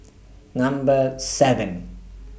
Number seven